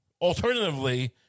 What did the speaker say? alternatively